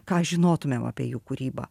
ką žinotumėm apie jų kūrybą